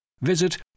Visit